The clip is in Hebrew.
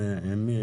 עם מי?